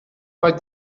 bei